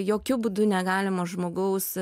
jokiu būdu negalima žmogaus